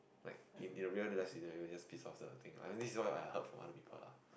like in the resident you will just piss of the things I mean this all I heard from other people lah